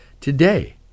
today